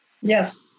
Yes